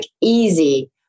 easy